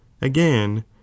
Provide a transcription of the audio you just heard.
again